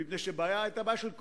מפני שהבעיה היתה בעיה של קונספט,